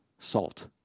salt